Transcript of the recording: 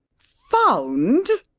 found!